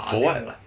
for what